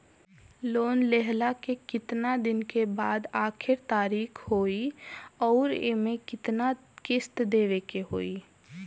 Loan लेहला के कितना दिन के बाद आखिर तारीख होई अउर एमे कितना किस्त देवे के होई?